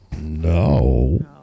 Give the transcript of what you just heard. no